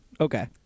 Okay